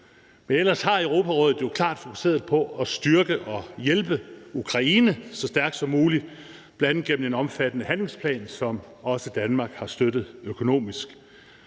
Men ellers har Europarådet jo klart fokuseret på at styrke og hjælpe Ukraine så stærkt som muligt, bl.a. gennem en omfattende handlingsplan, som også Danmark har støttet økonomisk.